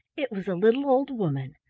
it was a little old woman,